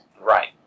Right